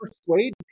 persuade